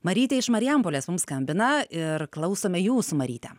marytė iš marijampolės mums skambina ir klausome jūsų maryte